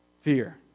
Fear